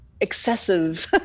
excessive